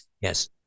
yes